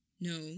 No